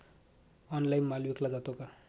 Online माल विकला जातो का?